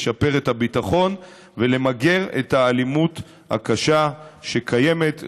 לשפר את הביטחון ולמגר את האלימות הקשה שקיימת,